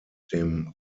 dem